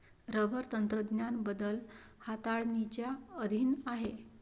rubber तंत्रज्ञान बदल हाताळणीच्या अधीन आहे